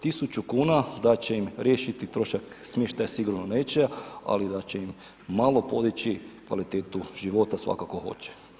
Tisuću kuna da će im riješiti trošak smještaja sigurno neće, ali da će im malo podići kvalitetu života, svakako hoće.